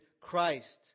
Christ